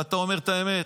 ואתה אומר את האמת,